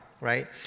right